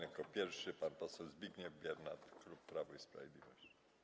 Jako pierwszy pan poseł Zbigniew Biernat, klub Prawo i Sprawiedliwość.